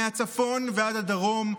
מהצפון ועד הדרום.